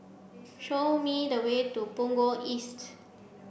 show me the way to Punggol East